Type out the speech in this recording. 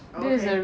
okay